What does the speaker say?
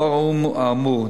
לאור האמור,